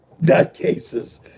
nutcases